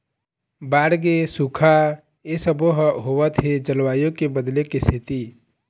बाड़गे, सुखा ए सबो ह होवत हे जलवायु के बदले के सेती